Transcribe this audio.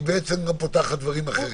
היא גם פותחת דברים אחרים.